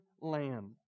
land